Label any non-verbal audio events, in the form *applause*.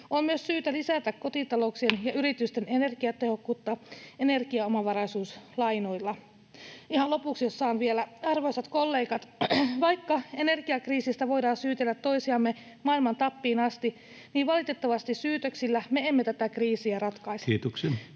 *noise* kotitalouksien ja yritysten energiatehokkuutta energiaomavaraisuuslainoilla. Ihan lopuksi, jos saan vielä: Arvoisat kollegat, vaikka energiakriisistä voidaan syytellä toisiamme maailman tappiin asti, valitettavasti syytöksillä me emme tätä kriisiä ratkaise. [Puhemies: